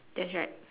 that's right